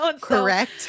Correct